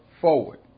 forward